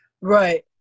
Right